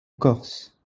corse